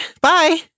Bye